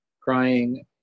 crying